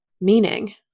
meaning